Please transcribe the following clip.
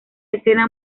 escena